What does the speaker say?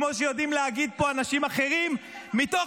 כמו שיודעים להגיד פה אנשים אחרים מתוך